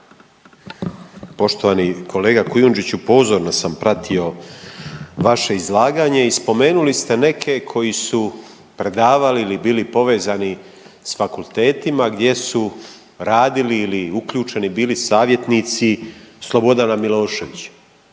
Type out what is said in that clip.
Poštovani kolega Kujundžiću pozorno sam pratio vaše izlaganje i spomenuli ste neke koji su predavali ili bili povezani sa fakultetima gdje su radili ili uključeni bili savjetnici Slobodana Miloševića.